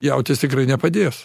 jautis tikrai nepadės